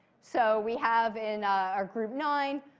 so we have in our group nine,